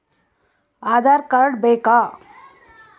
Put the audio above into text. Aadhaar card ಬೇಕಾ?